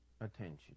attention